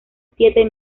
siete